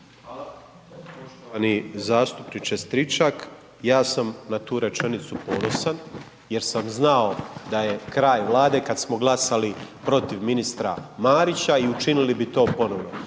Hvala. Poštovani zastupniče Stričak, ja sam na tu rečenicu ponosan jer sam znao da je kraj Vlade kada smo glasali protiv ministra Marića i učinili bi to ponovno.